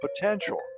potential